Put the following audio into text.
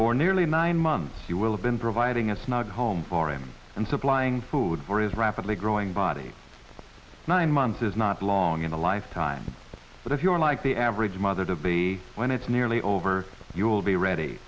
for nearly nine months you will have been providing us not home for him and supplying food for his rapidly growing body nine months is not long in a lifetime but if you are like the average mother to be when it's nearly over you will be ready